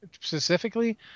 specifically